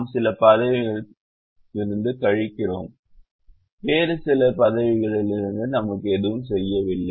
நாம் சில பதவிகளில் இருந்து கழிக்கிறோம் வேறு சில பதவிகளுக்கு நாம் எதுவும் செய்யவில்லை